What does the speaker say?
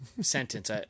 sentence